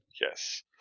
Yes